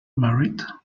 married